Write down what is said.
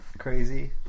Crazy